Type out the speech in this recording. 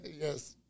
Yes